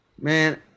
man